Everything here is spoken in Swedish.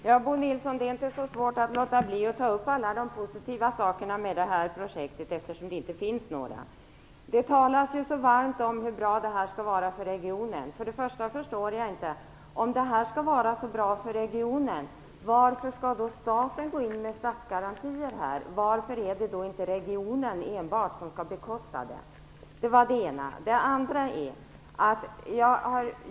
Fru talman! Det är inte så svårt att låta bli att ta upp alla de positiva sakerna med det här projektet eftersom det inte finns några. Det talas så varmt om hur bra det här skall vara för regionen. Om det här skall vara så bra för regionen förstår jag inte varför staten skall gå in med statsgarantier. Varför är det inte enbart regionen som skall bekosta det?